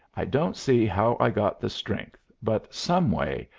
i don't see how i got the strength, but, someway,